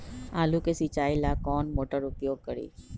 आलू के सिंचाई ला कौन मोटर उपयोग करी?